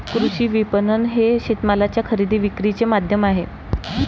कृषी विपणन हे शेतमालाच्या खरेदी विक्रीचे माध्यम आहे